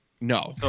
No